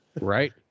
Right